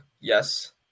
yes